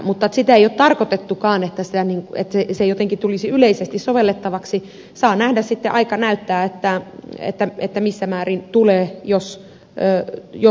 mutta ei ole tarkoitettukaan että se jotenkin tulisi yleisesti sovellettavaksi saa nähdä sitten aika näyttää missä määrin tulee jos tulee